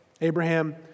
Abraham